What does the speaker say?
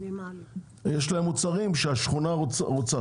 יש להם את המוצרים שהשכונה רוצה.